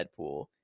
Deadpool